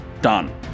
done